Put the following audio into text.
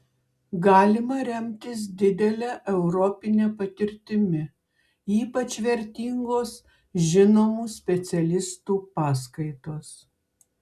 galima remtis didele europine patirtimi ypač vertingos žinomų specialistų paskaitos